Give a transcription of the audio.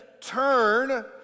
Turn